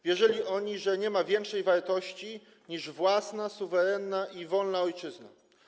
Wierzyli oni, że nie ma większej wartości niż własna, suwerenna i wolna ojczyzna.